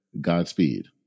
Godspeed